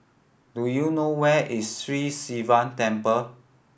do you know where is Sri Sivan Temple